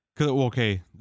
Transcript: Okay